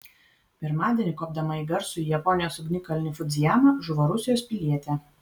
pirmadienį kopdama į garsųjį japonijos ugnikalnį fudzijamą žuvo rusijos pilietė